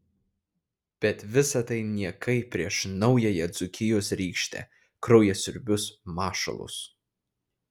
bet visa tai niekai prieš naująją dzūkijos rykštę kraujasiurbius mašalus